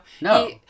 No